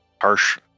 harsh